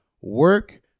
Work